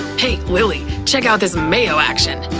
hey, lily. check out this mayo action.